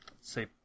say